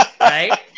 right